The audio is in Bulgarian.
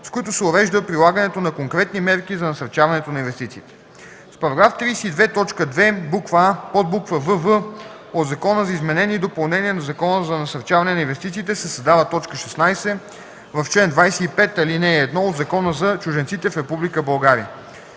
с които се урежда прилагането на конкретни мерки за насърчаване на инвестициите. С § 32, т. 2, буква „а”, подбуква „вв“ от Закона за изменение и допълнение на Закона за насърчаване на инвестициите се създава т. 16 в чл. 25, ал. 1 от Закона за чужденците в Република България.